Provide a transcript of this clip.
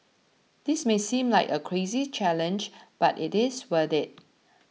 this may seem like a crazy challenge but it is worth it